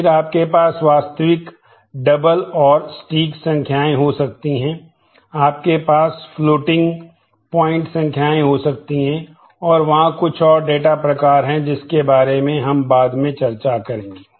तो डी संख्याएँ आदि हो सकती हैं और वहाँ कुछ और डेटा प्रकार हैं जिनके बारे में हम बाद में चर्चा करेंगे